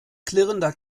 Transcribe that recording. klirrender